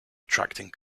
attracting